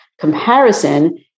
comparison